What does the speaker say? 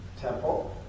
temple